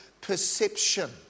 perception